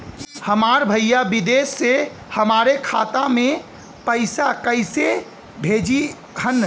हमार भईया विदेश से हमारे खाता में पैसा कैसे भेजिह्न्न?